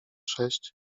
sześć